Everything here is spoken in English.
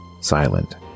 Silent